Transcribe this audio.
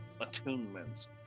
attunements